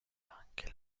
anche